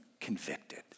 convicted